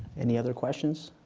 any other questions?